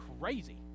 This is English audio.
crazy